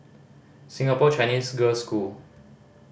Singapore Chinese Girls' School